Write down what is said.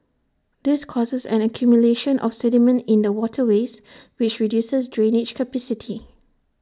this causes an accumulation of sediment in the waterways which reduces drainage capacity